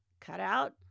cutout